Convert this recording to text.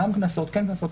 כן קנסות,